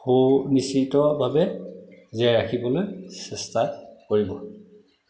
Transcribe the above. সু নিশ্চিতভাৱে জীয়াই ৰাখিবলৈ চেষ্টা কৰিব